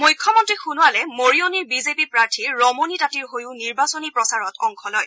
মুখ্যমন্ত্ৰী সোণোৱালে মৰিয়নিৰ বিজেপি প্ৰাৰ্থী ৰমনী তাঁতীৰ হৈয়ো নিৰ্বাচনী প্ৰচাৰত অংশ লয়